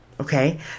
Okay